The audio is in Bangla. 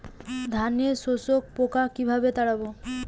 ধানে শোষক পোকা কিভাবে তাড়াব?